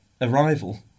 Arrival